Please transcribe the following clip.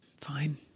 Fine